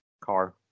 car